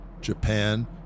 Japan